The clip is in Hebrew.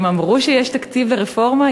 אם אמרו שיש תקציב לרפורמה,